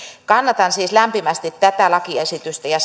kannatan siis lämpimästi tätä lakiesitystä ja